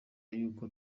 yuko